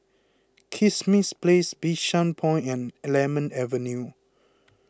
Kismis Place Bishan Point and Lemon Avenue